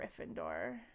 Gryffindor